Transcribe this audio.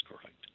correct